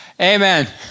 Amen